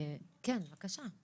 כן, בבקשה.